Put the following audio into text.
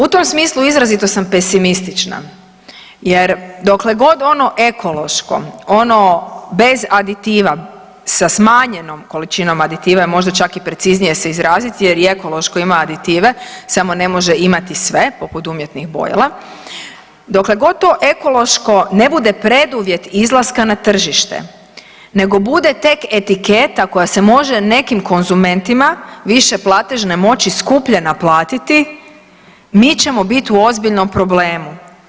U tom smislu izrazito sam pesimistična jer dokle god ono ekološko, ono bez aditiva sa smanjenom količinom aditiva je možda čak i preciznije se izraziti jer i ekološko ima aditive samo ne može imati sve poput umjetnih bojila, dokle god to ekološko ne bude preduvjet izlaska na tržište nego bude tek etiketa koja se može nekim konzumentima više platežne moći skuplje naplatiti mi ćemo biti u ozbiljnom problemu.